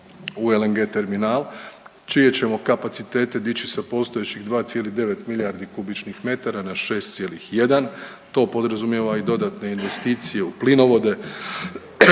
u LNG terminal čije ćemo kapacitete dići sa postojećih 2,9 milijardi kubičnih metara na 6,1. To podrazumijeva i dodatne investicije u plinovode